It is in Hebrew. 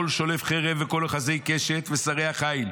כל שולף חרב וכל אוחזי קשת ושרי החיל,